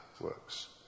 works